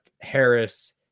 Harris